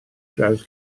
draws